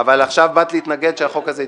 בסדר, אבל עכשיו באת להתנגד שהחוק הזה התקדם.